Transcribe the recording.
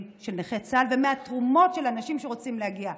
של נכי צה"ל ומהתרומות של אנשים שרוצים להגיע.